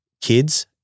kids